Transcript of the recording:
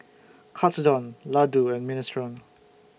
Katsudon Ladoo and Minestrone